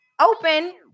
open